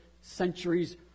centuries